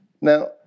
Now